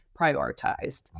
prioritized